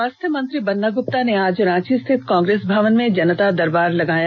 स्वास्थ्य मंत्री बन्ना गुप्ता ने आज रांची स्थित कांग्रेस भवन में जनता दरबार लगाया